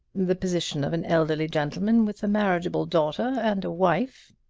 the position of an elderly gentleman with a marriageable daughter and a wife,